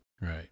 Right